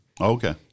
okay